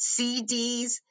cds